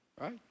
right